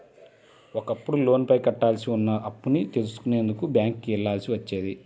ఒకప్పుడు లోనుపైన కట్టాల్సి ఉన్న అప్పుని తెలుసుకునేందుకు బ్యేంకుకి వెళ్ళాల్సి వచ్చేది